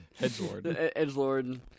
Edgelord